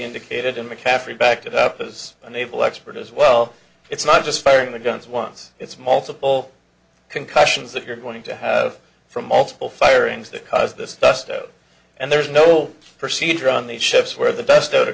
indicated in mccaffrey backed up as a naval expert as well it's not just firing the guns once it's multiple concussions that you're going to have from multiple firings that caused this dust and there's no procedure on these ships where the best out